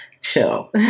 chill